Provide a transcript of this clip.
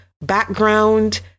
background